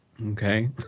Okay